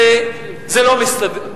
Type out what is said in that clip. זה לא מסתדר.